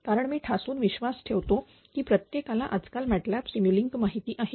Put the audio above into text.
कारण मी ठासुन विश्वास ठेवतो की प्रत्येकाला आज काल MATLAB सिम यू लींक माहिती आहे